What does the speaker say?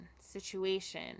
situation